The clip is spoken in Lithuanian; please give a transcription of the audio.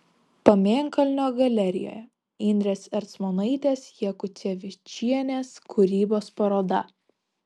pamėnkalnio galerijoje indrės ercmonaitės jakucevičienės kūrybos paroda